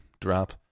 Drop